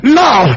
now